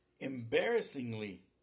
Embarrassingly